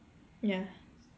ya